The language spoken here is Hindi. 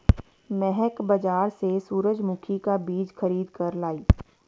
महक बाजार से सूरजमुखी का बीज खरीद कर लाई